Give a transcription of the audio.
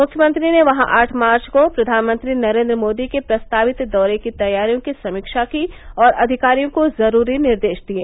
मुख्यमंत्री ने वहां आठ मार्च को प्रधानमंत्री नरेन्द्र मोदी के प्रस्तावित दौरे की तैयारियों की समीक्षा की और अधिकारियों को जरूरी निर्देश दिये